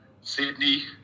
Sydney